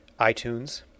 iTunes